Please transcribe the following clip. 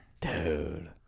Dude